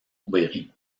aubry